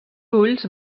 ulls